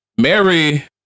Mary